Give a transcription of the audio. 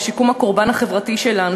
לשיקום הקורבן החברתי שלנו,